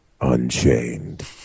Unchained